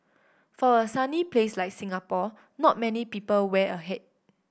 for a sunny place like Singapore not many people wear a hat